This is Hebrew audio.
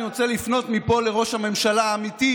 אני רוצה לפנות מפה לראש הממשלה האמיתי,